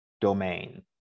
domain